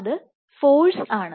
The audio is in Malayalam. അത് ഫോഴ്സ് ആണ്